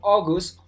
August